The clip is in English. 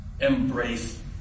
embrace